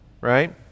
right